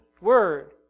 Word